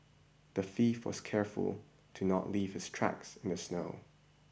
the thief was careful to not leave his tracks in the snow